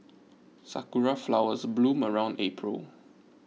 sakura flowers bloom around April